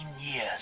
years